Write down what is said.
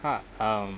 uh um